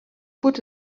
put